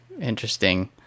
interesting